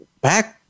back